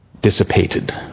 dissipated